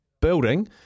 building